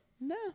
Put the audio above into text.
No